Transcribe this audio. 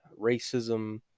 racism